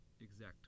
exact